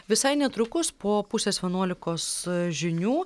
visai netrukus po pusės vienuolikos žinių